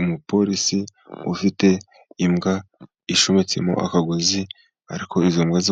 Umupolisi ufite imbwa ishumitsemo akagozi, ariko izo mbwa